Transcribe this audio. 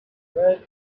red